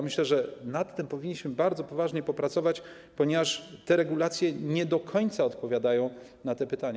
Myślę, że nad tym powinniśmy bardzo poważnie popracować, ponieważ regulacje nie do końca odpowiadają na te pytania.